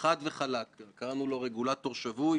חלק מכל המנגנונים של תיקון דיברנו עליהם זה שקיפות,